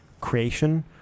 creation